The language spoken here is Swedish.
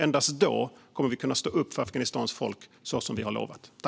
Endast då kommer vi att kunna stå upp för Afghanistans folk så som vi har lovat.